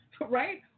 right